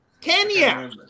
Kenya